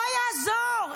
לא יעזור.